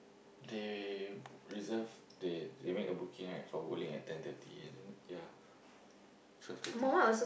they reserve they they make a booking right for bowling at ten thirty ya twelve thirty